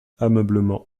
ameublement